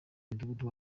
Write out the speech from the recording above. umudugudu